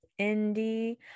indie